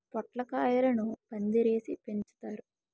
పొట్లకాయలను పందిరేసి పెంచుతారు